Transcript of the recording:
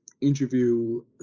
interview